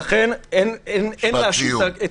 לכן אין להאשים את